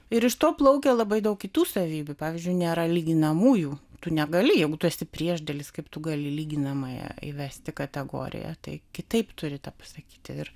ir iš to plaukia labai daug kitų savybių pavyzdžiui nėra lyginamųjų tu negali jeigu tu esi priešdėlis kaip tu gali lyginamąją įvesti kategoriją tai kitaip turi tą pasakyti ir